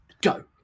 go